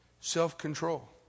self-control